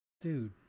dude